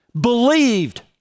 believed